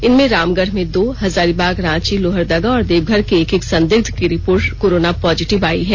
इनमें रामगढ़ में दो हजारीबाग रांची लोहरदगा और देवघर के एक एक संदिग्ध की रिपोर्ट कोरोना पॉजिटिव आई है